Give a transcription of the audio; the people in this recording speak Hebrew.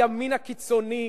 לא הימין הקיצוני.